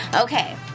Okay